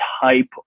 type